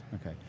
okay